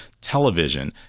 television